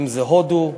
אם הודו,